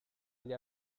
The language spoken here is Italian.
gli